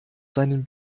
seinen